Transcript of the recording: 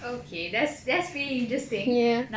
okay that's that's really interesting